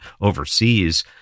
overseas